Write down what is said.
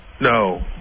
No